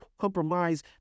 compromise